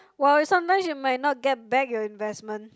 wow its so nice you might not get back your investment